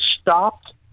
stopped